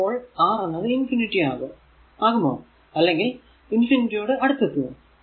എപ്പോൾ R എന്നത് ആകുമോ അല്ലെങ്കിൽ യോട് അടുത്തെത്തുമോ